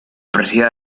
procedió